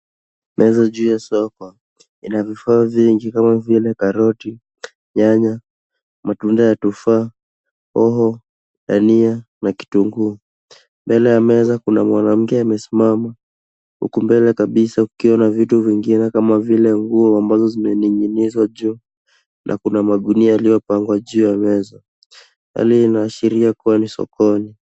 Meza juu ya soko ina vifaa vingi kama vile karoti, nyanya, matunda ya tofaha, hoho, dania na kitunguu. Mbele ya meza kuna mwanamke amesimama huku mbele kabisa kukiwa na vitu vingine kama vile nguo ambazo zimeninginizwa juu, na kuna magunia yaliyopangwa juu ya meza. Hali hii inaashiria kuwa ni sokoni.